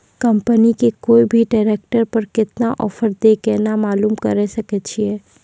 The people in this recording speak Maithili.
कंपनी के कोय भी ट्रेक्टर पर केतना ऑफर छै केना मालूम करऽ सके छियै?